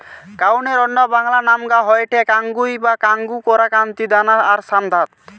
কাউনের অন্য বাংলা নামগা হয়ঠে কাঙ্গুই বা কাঙ্গু, কোরা, কান্তি, দানা আর শ্যামধাত